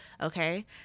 Okay